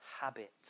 habit